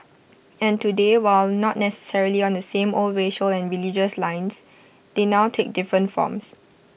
and today while not necessarily on the same old racial and religious lines they now take different forms